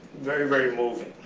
very, very moving.